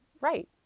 right